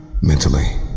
mentally